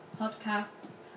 podcasts